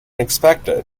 expected